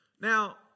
Now